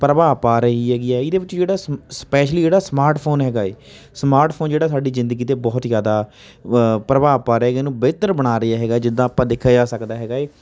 ਪ੍ਰਭਾਵ ਪਾ ਰਹੀ ਹੈਗੀ ਇਹਦੇ ਵਿੱਚ ਜਿਹੜਾ ਸ ਸਪੈਸ਼ਲੀ ਜਿਹੜਾ ਸਮਾਰਟਫੋਨ ਹੈਗਾ ਹੈ ਸਮਾਰਟਫੋਨ ਜਿਹੜਾ ਸਾਡੀ ਜ਼ਿੰਦਗੀ 'ਤੇ ਬਹੁਤ ਜ਼ਿਆਦਾ ਵ ਪ੍ਰਭਾਵ ਪਾ ਰਿਹਾ ਇਹਨੂੰ ਬਿਹਤਰ ਬਣਾ ਰਿਹਾ ਹੈਗਾ ਜਿੱਦਾਂ ਆਪਾਂ ਦੇਖਿਆ ਜਾ ਸਕਦਾ ਹੈਗਾ ਹੈ